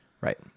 Right